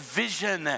vision